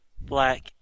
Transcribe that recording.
Black